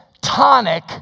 tonic